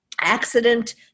accident